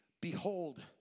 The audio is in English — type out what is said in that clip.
behold